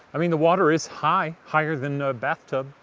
i mean, the water is high. higher than a bathtub.